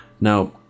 Now